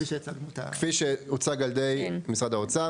כפי שהוצג על ידי משרד האוצר.